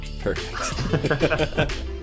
Perfect